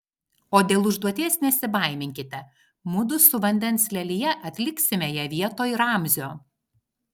o dėl užduoties nesibaiminkite mudu su vandens lelija atliksime ją vietoj ramzio